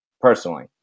personally